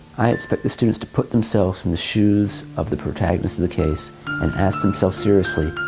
i expect the students to put themselves in the shoes of the protagonist of the case and ask themselves seriously,